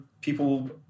people